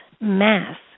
mass